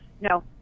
no